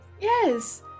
Yes